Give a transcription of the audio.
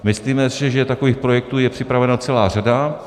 Myslíme si, že takových projektů je připravena celá řada.